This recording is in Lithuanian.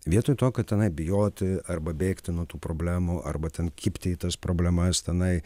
vietoj to kad tenai bijoti arba bėgti nuo tų problemų arba ten kibti į tas problemas tenai